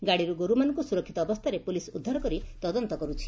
ଗାଡ଼ିରୁ ଗୋରୁମାନଙ୍କୁ ସୁରକ୍ଷିତ ଅବସ୍କାରେ ପୁଲିସ୍ ଉଦ୍ଧାର କରି ତଦନ୍ତ କରୁଛି